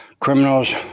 Criminals